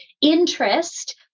interest